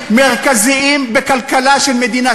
בכל התוספות.